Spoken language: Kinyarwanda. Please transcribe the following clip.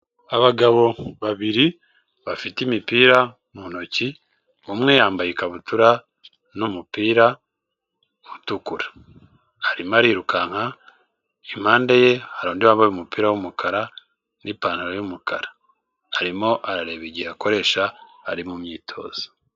Abagabo babiri bafite imipira mu ntoki, umwe yambaye ikabutura n'umupira utukura, arimo arirukanka impande ye hari undi wambaye umupira w'umukara n'ipantaro y'umukara, arimo arareba igihe akoresha ari mu myitozo.